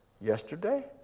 yesterday